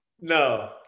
No